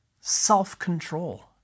self-control